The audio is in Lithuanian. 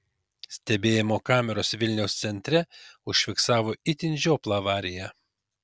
stebėjimo kameros vilniaus centre užfiksavo itin žioplą avariją